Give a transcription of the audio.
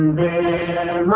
da